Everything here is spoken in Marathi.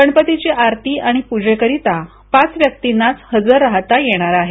गणपतीची आरती आणि पूजेकरिता पाच व्यक्तींनाच हजर राहता येणार आहे